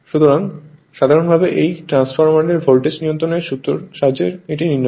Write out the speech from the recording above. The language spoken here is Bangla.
সুতরাং সাধারণভাবে এই ট্রান্সফরমারের ভোল্টেজ নিয়ন্ত্রণ এই সূত্রের সূত্রের সাহায্যে ঘটে